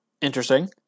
Interesting